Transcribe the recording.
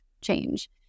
change